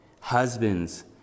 husbands